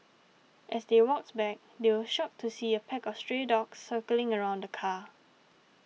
as they walked back they were shocked to see a pack of stray dogs circling around the car